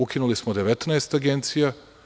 Ukinuli smo 19 agencija.